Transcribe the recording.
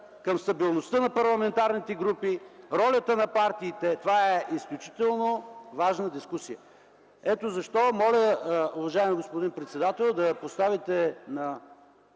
към стабилността на парламентарните групи, ролята на партиите. Това е изключително важна дискусия. Ето защо моля, уважаеми господин председател, да поставите на